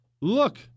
look